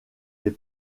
les